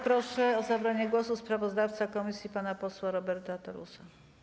Proszę o zabranie głosu sprawozdawcę komisji pana posła Roberta Telusa.